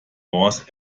was